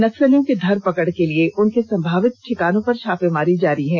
नक्सलियों की धरपकड के लिए उनके संभावित ठिकानों पर छापेमारी अभियान जारी है